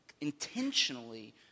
intentionally